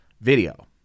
video